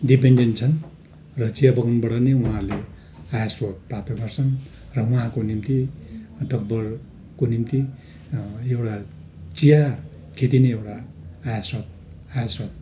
dependent छन् र चिया बगानबाट नै उहाँहरूले आय स्रोत प्राप्त गर्छन् र उहाँको निम्ति टकभरको निम्ति एउटा चिया खेती नै एउटा आय स्रोत आय स्रोत